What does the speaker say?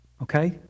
Okay